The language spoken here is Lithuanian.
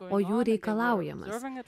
o jų reikalaujamus duomenis